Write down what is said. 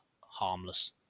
harmless